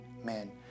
Amen